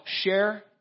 share